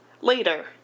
Later